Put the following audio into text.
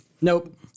Nope